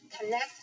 connect